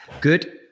Good